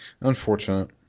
Unfortunate